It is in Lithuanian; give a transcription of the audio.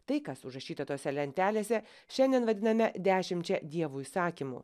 tai kas užrašyta tose lentelėse šiandien vadiname dešimčia dievo įsakymų